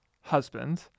husband